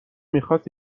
میخواست